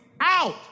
out